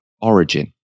origin